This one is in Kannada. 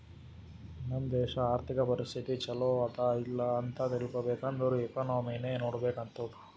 ನಮ್ ದೇಶಾ ಅರ್ಥಿಕ ಪರಿಸ್ಥಿತಿ ಛಲೋ ಅದಾ ಇಲ್ಲ ಅಂತ ತಿಳ್ಕೊಬೇಕ್ ಅಂದುರ್ ಎಕನಾಮಿನೆ ನೋಡ್ಬೇಕ್ ಆತ್ತುದ್